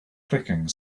clicking